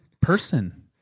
person